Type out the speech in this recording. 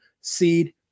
seed